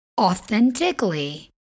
authentically